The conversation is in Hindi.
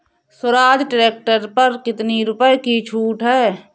स्वराज ट्रैक्टर पर कितनी रुपये की छूट है?